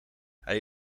hij